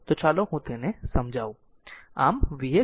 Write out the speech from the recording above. ચાલો હું તેને સમજાવું